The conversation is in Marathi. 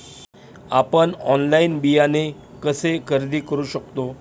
आपण ऑनलाइन बियाणे कसे खरेदी करू शकतो?